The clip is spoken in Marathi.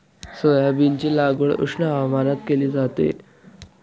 सोयाबीनची लागवड उष्ण हवामानात केली जाते